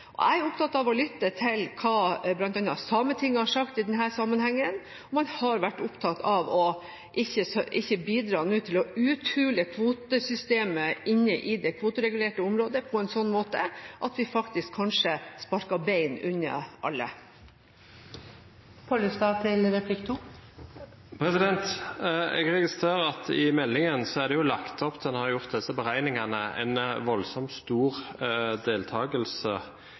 flere. Jeg er opptatt av å lytte til hva bl.a. Sametinget har sagt i denne sammenhengen, hvor man har vært opptatt av ikke å bidra til å uthule kvotesystemet i det kvoteregulerte området på en sånn måte at vi faktisk kanskje sparker beina under alle. Jeg registrerer at det i beregningene en har gjort i meldingen, er lagt opp til en voldsomt stor deltagelse